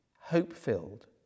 hope-filled